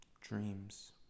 dreams